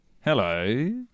Hello